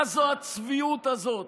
מה זאת הצביעות הזאת,